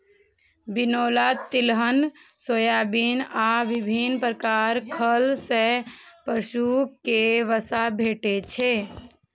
बिनौला, तिलहन, सोयाबिन आ विभिन्न प्रकार खल सं पशु कें वसा भेटै छै